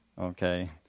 okay